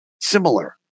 similar